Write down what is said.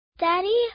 Daddy